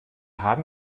haben